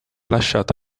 lasciato